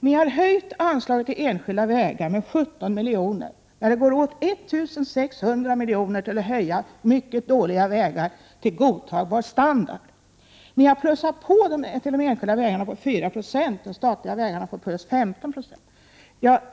Ni har höjt anslaget till de enskilda vägarna med 17 miljoner, när det går åt 1 600 miljoner för att höja standarden på mycket dåliga vägar till godtagbar. Ni plussar på till de enskilda vägarna med 4 96 och till de statliga vägarna med 15 26.